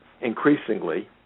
increasingly